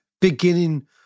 beginning